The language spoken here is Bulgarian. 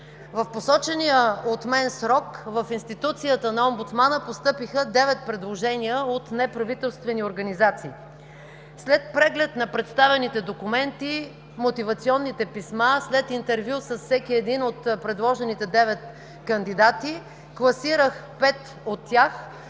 В посочения от мен срок в институцията на омбудсмана постъпиха девет предложения от неправителствени организации. След преглед на представените документи, мотивационните писма, след интервю с всеки един от предложените девет кандидата, класирах пет от тях,